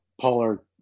polar